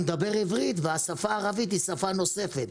הוא מדבר עברית והשפה הערבית היא שפה נוספת.